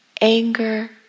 anger